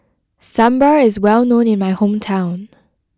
sambar is well known in my hometown